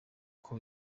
uko